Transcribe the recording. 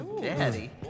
Daddy